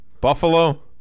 buffalo